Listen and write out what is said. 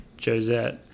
Josette